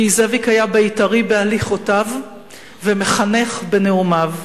כי זאביק היה בית"רי בהליכותיו ומחנך בנאומיו,